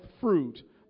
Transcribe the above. fruit